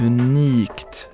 unikt